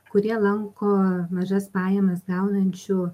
kurie lanko mažas pajamas gaunančių